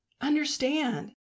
understand